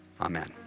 Amen